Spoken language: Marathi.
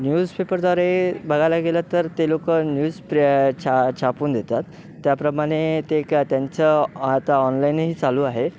न्यूजपेपरद्वारे बघायला गेलं तर ते लोक न्यूज प्रे छा छापून देतात त्याप्रमाणे ते त्यांचं आता ऑनलाईनही चालू आहे